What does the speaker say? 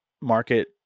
market